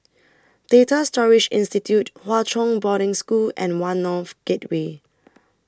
Data Storage Institute Hwa Chong Boarding School and one North Gateway